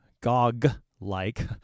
Gog-like